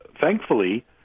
thankfully